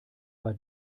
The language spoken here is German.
war